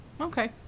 Okay